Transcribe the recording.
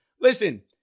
listen